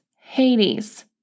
Hades